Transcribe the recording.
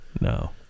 No